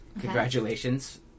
Congratulations